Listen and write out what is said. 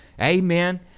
Amen